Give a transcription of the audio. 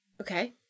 okay